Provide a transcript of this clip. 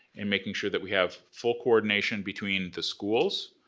in making sure that we have full coordination between the schools,